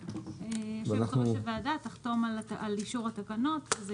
יושבת-ראש הוועדה תחתום על אישור התקנות וזה